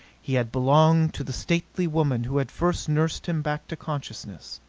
he had belonged to the stately woman who had first nursed him back to consciousness.